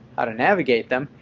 how to navigate them,